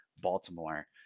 Baltimore